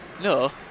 No